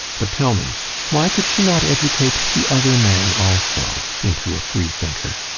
but tell me why could she not educate the other man also into a free-thinker?